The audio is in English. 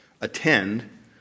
attend